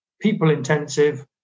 people-intensive